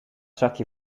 zakje